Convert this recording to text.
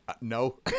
no